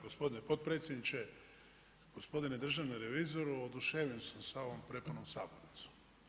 Gospodine potpredsjedniče, gospodine državni revizoru oduševljen sam sa ovom prepunom sabornicom.